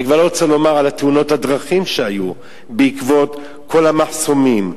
אני כבר לא רוצה לומר על תאונות הדרכים שהיו בעקבות כל המחסומים,